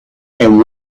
and